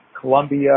Colombia